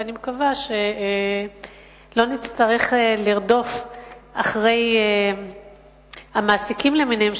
ואני מקווה שלא נצטרך לרדוף אחרי המעסיקים למיניהם,